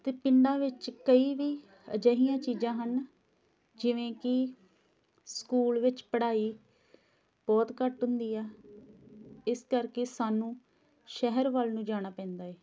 ਅਤੇ ਪਿੰਡਾਂ ਵਿੱਚ ਕਈ ਵੀ ਅਜਿਹੀਆਂ ਚੀਜ਼ਾਂ ਹਨ ਜਿਵੇਂ ਕਿ ਸਕੂਲ ਵਿੱਚ ਪੜ੍ਹਾਈ ਬਹੁਤ ਘੱਟ ਹੁੰਦੀ ਆ ਇਸ ਕਰਕੇ ਸਾਨੂੰ ਸ਼ਹਿਰ ਵੱਲ ਨੂੰ ਜਾਣਾ ਪੈਂਦਾ ਹੈ